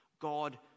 God